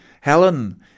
Helen